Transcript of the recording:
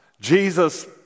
Jesus